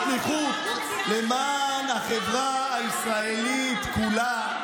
שליחות למען החברה הישראלית כולה.